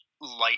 light